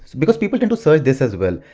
because people tend to search this as well.